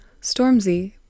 Stormzy